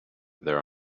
there